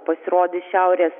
pasirodys šiaurės